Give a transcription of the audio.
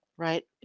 right